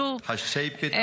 שום מורשת דתית,